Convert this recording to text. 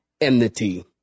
enmity